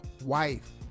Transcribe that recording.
wife